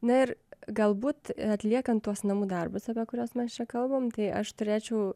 na ir galbūt atliekant tuos namų darbus apie kuriuos mes čia kalbam tai aš turėčiau